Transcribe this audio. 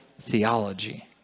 theology